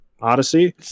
Odyssey